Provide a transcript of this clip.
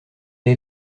est